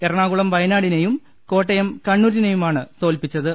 എറണാകുളം വയനാടിനെയും കോട്ടയം കണ്ണൂരിനെയുമാണ് തോൽപ്പിച്ചത്